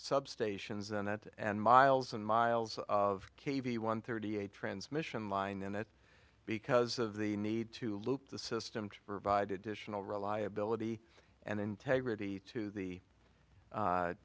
substations and that and miles and miles of k v one thirty eight transmission line in it because of the need to loop the system to provide additional reliability and integrity to the